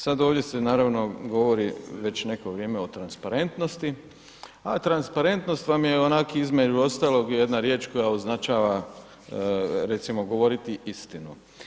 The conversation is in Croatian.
Sad ovdje se naravno govori već neko vrijeme o transparentnosti, a transparentnost vam je onak između ostalog jedna riječ koja označava, recimo, govoriti istinu.